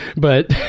but